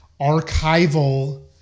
archival